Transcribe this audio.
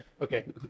okay